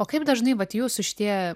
o kaip dažnai vat jūsų šitie